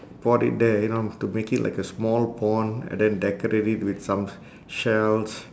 pour it there you know to make it like a small pond and then decorate it with some shells